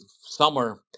summer